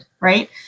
right